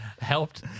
helped